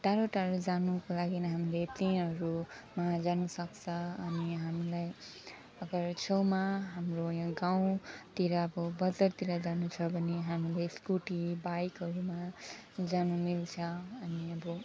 टाढो टाढो जानुको लागिन् हामीले ट्रेनहरूमा जानु सक्छ अनि हामीलाई अगर छेउमा हाम्रो यहाँ गाउँतिरको बजारतिर जानु छ भने हामीले स्कुटी बाइकहरूमा जानु मिल्छ अनि अब